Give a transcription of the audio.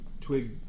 twig